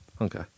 Okay